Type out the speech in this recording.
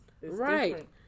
right